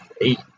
eight